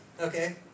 okay